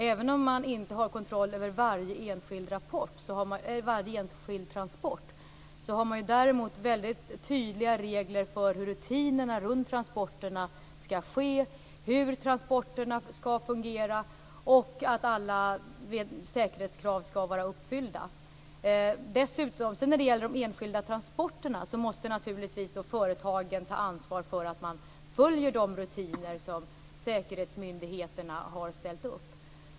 Även om man inte har kontroll över varje enskild transport har man ändå mycket tydliga regler för hur rutinerna runt transporterna skall ske, för hur transporterna skall fungera och för att alla säkerhetskrav skall vara uppfyllda. När det gäller de enskilda transporterna måste naturligtvis företagen ta ansvar för att man följer de rutiner som säkerhetsmyndigheterna har ställt upp.